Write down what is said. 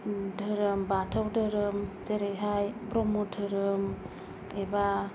धोरोम बाथौ धोरोम जेरैहाय ब्रम्ह धोरोम एबा